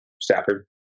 Stafford